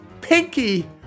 Pinky